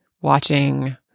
watching